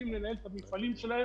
יודעים לנהל את המפעלים שלהם,